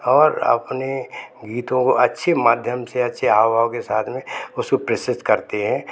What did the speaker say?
और अपने गीतों को अच्छे माध्यम से अच्छे हाव भाव के साथ में उसको प्रस्तुत करते हैं